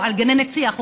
או על גננת שי"ח,